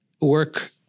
work